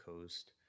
Coast